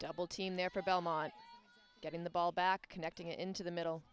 double team there for belmont getting the ball back connecting into the middle